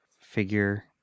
figure